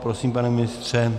Prosím, pane ministře.